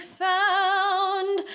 found